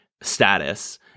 status